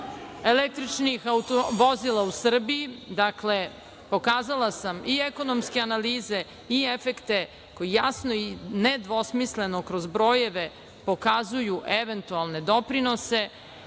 električnih vozila u Srbiji. Dakle, pokazala sam i ekonomske analize i efekte koji jasno i nedvosmisleno kroz brojeve pokazuju eventualne doprinose